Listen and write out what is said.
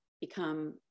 become